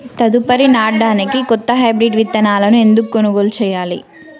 తదుపరి నాడనికి కొత్త హైబ్రిడ్ విత్తనాలను ఎందుకు కొనుగోలు చెయ్యాలి?